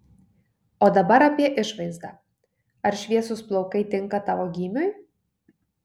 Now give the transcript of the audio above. o dabar apie išvaizdą ar šviesūs plaukai tinka tavo gymiui